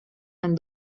and